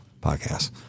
podcasts